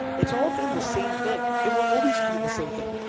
it's all been the same thing. it will always be the same thing.